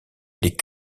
les